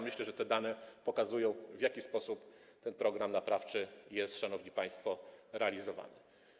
Myślę, że te dane pokazują, w jaki sposób ten program naprawczy jest, szanowni państwo, realizowany.